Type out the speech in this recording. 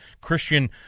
Christian